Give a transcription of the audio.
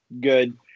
good